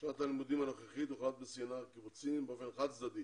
בשנת הלימודים הנוכחית הוחלט בסמינר הקיבוצים באופן חד צדדי